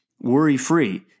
worry-free